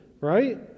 Right